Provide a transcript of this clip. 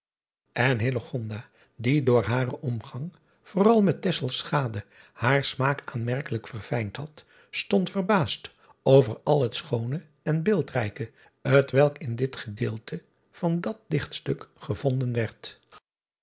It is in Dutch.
n die door haren omgang vooral met haar smaak aanmerkelijk verfijnd had stond verbaasd over al het schoone en beeldrijke t welk in dit gedeelte van dat ichtstuk gevonden werd